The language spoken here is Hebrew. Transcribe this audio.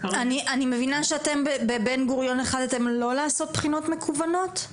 אני מבינה שבבן גוריון החלטתם לא לעשות בחינות מקוונות?